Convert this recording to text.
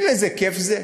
אתה יודע איזה כיף זה?